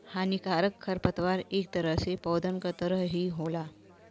हानिकारक खरपतवार इक तरह से पौधन क तरह ही होला